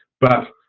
but